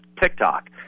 TikTok